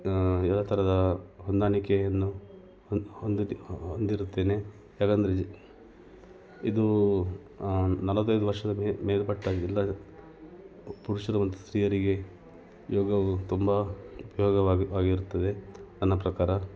ಎಲ್ಲ ಥರದ ಹೊಂದಾಣಿಕೆಯನ್ನು ಹೊಂದಿ ಹೊಂದಿರುತ್ತೇನೆ ಯಾಕಂದರೆ ಇದು ನಲ್ವತ್ತೈದು ವರ್ಷದ ಮೇಲ್ಪಟ್ಟ ಎಲ್ಲ ಪುರುಷರು ಮತ್ತು ಸ್ತ್ರೀಯರಿಗೆ ಯೋಗವು ತುಂಬ ಉಪಯೋಗವಾಗಿ ವಾಗಿರುತ್ತದೆ ನನ್ನ ಪ್ರಕಾರ